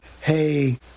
hey